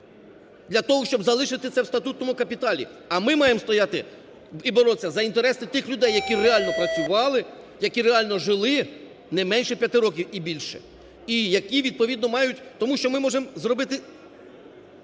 для того, щоб залишити це в статутному капіталі, а ми маємо стояти і боротися за інтереси тих людей, які реально працювали, які реально жили не менше 5 років і більше, і які відповідно мають… Тому що ми можемо зробити